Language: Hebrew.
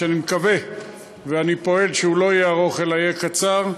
שאני מקווה ושאני פועל שהוא לא יהיה ארוך אלא יהיה קצר,